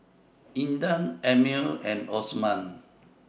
Intan Ammir and Osman